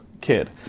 kid